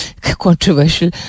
controversial